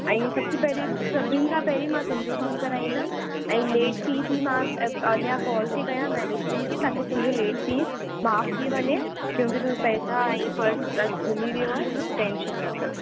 ऐं सबसी पहिरीं सभिनि खां पहिरीं मां तुंहिंजो कमु कराईंदमि ऐं लेट फी जी मां अञा कॉल थी कयां मैनेजमेंट खे ताकी तुंहिंजो लेट फीस माफ़ु थी वञे क्योंकि तू पैसा ऐं पर्स अॼु घुमी वियो आहे टैंशन न कयो